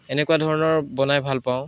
এনেকুৱা ধৰণৰ বনাই ভাল পাওঁ